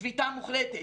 שביתה מוחלטת.